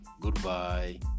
goodbye